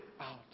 out